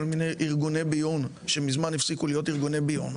כל מיני ארגוני ביון שממזמן הפסיקו להיות ארגוני ביון,